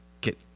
get